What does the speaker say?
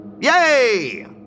Yay